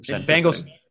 Bengals